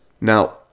Now